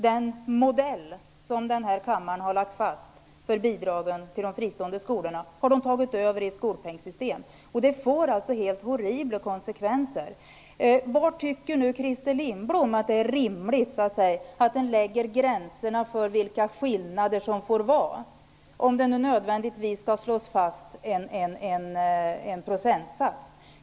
Den modell som kammaren har lagt fast för bidragen till de fristående skolorna har de alltså tagit över i ett skolpengssystem. Det får helt horribla konsekvenser. Var tycker nu Christer Lindblom att det är rimligt att lägga gränserna för de skillnader som får finnas, om det nödvändigtvis skall slås fast en procentsats?